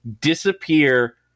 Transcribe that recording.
disappear